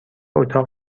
اتاق